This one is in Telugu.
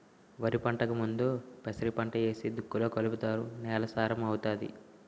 వరిపంటకు ముందు పెసరపంట ఏసి దుక్కిలో కలుపుతారు నేల సారం అవుతాది